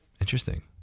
Interesting